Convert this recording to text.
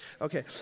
Okay